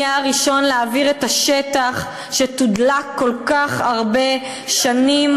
יהיה הראשון להבעיר את השטח שתודלק כל כך הרבה שנים.